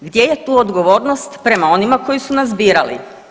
Gdje je tu odgovornost prema onima koji su nas birali?